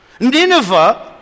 Nineveh